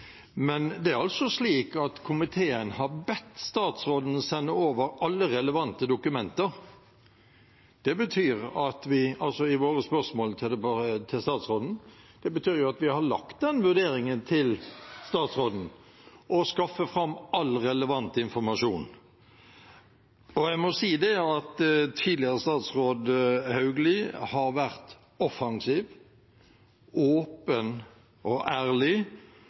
men det er altså slik at komiteen har bedt statsråden sende over alle relevante dokumenter i våre spørsmål til statsråden. Det betyr at vi har lagt den vurderingen til statsråden – å skaffe fram all relevant informasjon. Jeg må si at tidligere statsråd Hauglie har vært offensiv, åpen og ærlig